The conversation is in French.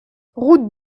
route